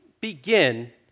begin